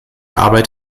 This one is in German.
arbeit